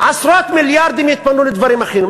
עשרות מיליארדים יתפנו לדברים אחרים.